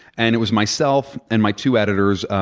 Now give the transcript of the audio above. and it was myself and my two editors,